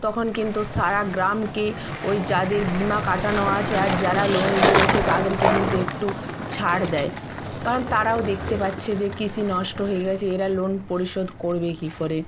তখন কিন্তু সারা গ্রামকে ওই যাদের বিমা কাটানো আছে আর যারা লোন নিয়েছে তাদেরকে কিন্তু একটু ছাড় দেয় কারণ তারাও দেখতে পাচ্ছে যে কৃষি নষ্ট হয়ে গেছে এরা লোন পরিশোধ করবে কী করে